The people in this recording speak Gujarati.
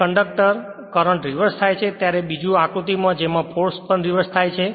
જ્યારે કંડક્ટરમાં કરંટ રીવર્સ થાય છે ત્યારે તે બીજું આકૃતિ છે જેમાં ફોર્સ પણ રીવર્સછે